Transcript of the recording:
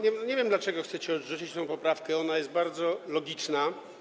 Nie wiem, dlaczego chcecie odrzucić tę poprawkę, ona jest bardzo logiczna.